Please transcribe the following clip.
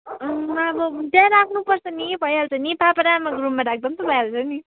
अब त्यहीँ राख्नुपर्छ नि भइहाल्छ नि पापा र आमाको रुममा राख्दा पनि त भइहाल्छ नि